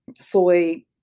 soy